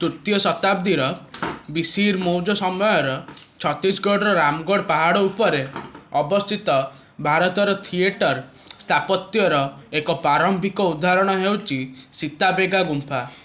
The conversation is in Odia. ତୃତୀୟ ଶତାବ୍ଦୀର ବିସିଇର ମୌର୍ଯ୍ୟ ସମୟର ଛତିଶଗଡ଼ର ରାମଗଡ଼ ପାହାଡ଼ଉପରେ ଅବସ୍ଥିତ ଭାରତରେ ଥିଏଟର ସ୍ଥାପତ୍ୟର ଏକ ପ୍ରାରମ୍ଭିକ ଉଦାହରଣ ହେଉଛି ସୀତାବେଗା ଗୁମ୍ଫା